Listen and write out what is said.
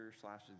slash